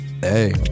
Hey